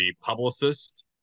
publicist